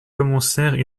commencèrent